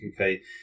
okay